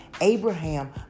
Abraham